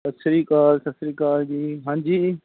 ਸਤਿ ਸ਼੍ਰੀ ਅਕਾਲ ਸਤਿ ਸ਼੍ਰੀ ਅਕਾਲ ਜੀ ਹਾਂਜੀ